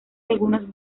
algunos